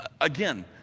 again